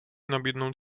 nabídnout